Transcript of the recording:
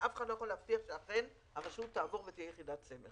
אף אחד לא יכול להבטיח שאכן הרשות תעבור ותהיה יחידת סמך.